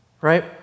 Right